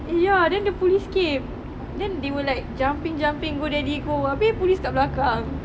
eh ya then the police came then they were like jumping jumping go daddy go abeh police kat belakang